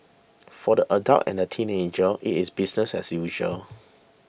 for the adults and the teenagers it is business as usual